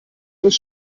das